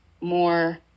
more